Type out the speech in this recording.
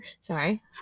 Sorry